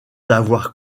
d’avoir